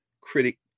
critic